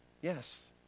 Yes